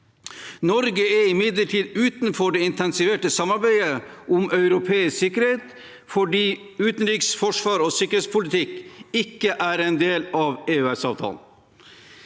Norge er imidlertid utenfor det intensiverte samarbeidet om europeisk sikkerhet fordi utenriks-, forsvars- og sikkerhetspolitikk ikke er en del av EØS-avtalen.